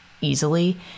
easily